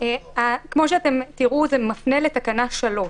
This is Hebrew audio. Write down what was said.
כמו שתראו, זה מפנה לתקנה 3,